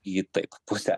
į taip pusę